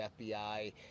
FBI